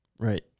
Right